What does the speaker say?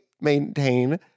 maintain